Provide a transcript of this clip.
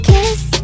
Kiss